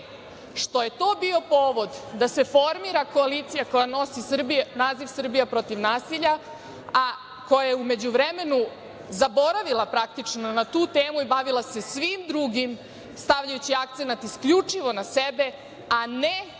što je to bio povod da se formira koalicija koja nosi naziv „Srbija protiv nasilja“, a koja je u međuvremenu zaboravila praktično na tu temu i bavila se svim drugim, stavljajući akcenat isključivo na sebe, a ne na to